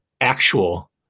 actual